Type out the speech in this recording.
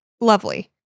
Lovely